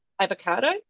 avocado